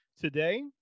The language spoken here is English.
Today